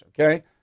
Okay